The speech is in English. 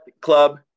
Club